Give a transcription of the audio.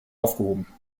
aufgehoben